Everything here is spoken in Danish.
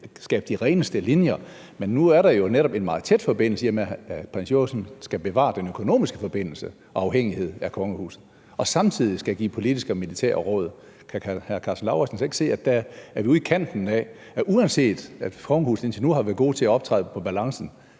skabe de reneste linjer. Men nu er der jo netop en meget tæt forbindelse, i og med at prins Joachim skal bevare den økonomiske forbindelse til og afhængighed af kongehuset og samtidig skal give politiske og militære råd. Kan hr. Karsten Lauritzen slet ikke se, at der er vi ude i kanten, så grænsen, uanset at kongehuset indtil nu har været gode til at holde en god balance,